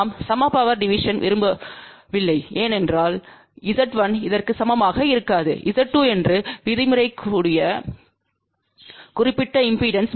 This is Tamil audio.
நாம் சம பவர் டிவிஷன் விரும்பவில்லை என்றால் Z1 இதற்குசமமாக இருக்காது Z2என்று விதிமுறைலக்கூடிய குறிப்பிட்ட இம்பெடன்ஸ்